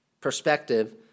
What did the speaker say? perspective